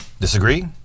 Disagree